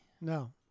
No